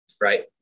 Right